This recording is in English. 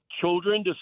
children